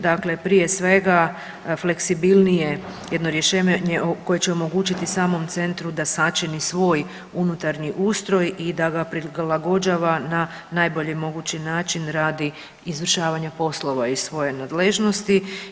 Dakle, prije svega fleksibilnije jedno rješenje koje će omogućiti samom centru da sačini svoj unutarnji ustroj i da ga prilagođava na najbolji mogući način radi izvršavanja poslova iz svoje nadležnosti.